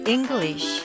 English